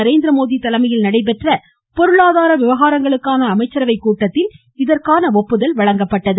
நரேந்திரமோடி தலைமையில் நடைபெற்ற பொருளாதார விவகாரங்களுக்கான அமைச்சரவை கூட்டத்தில் இதற்கான முடிவு எட்டப்பட்டது